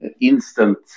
instant